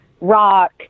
rock